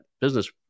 business